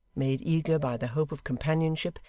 made eager by the hope of companionship,